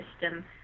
system